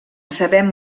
sabem